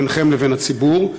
ביניכם לבין הציבור,